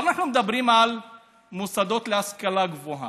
אבל אנחנו מדברים על מוסדות להשכלה גבוהה.